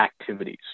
activities